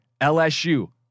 LSU